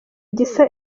gisa